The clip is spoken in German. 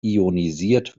ionisiert